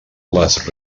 les